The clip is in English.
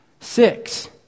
Six